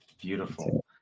Beautiful